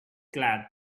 glad